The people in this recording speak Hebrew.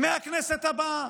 מהכנסת הבאה.